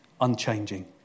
unchanging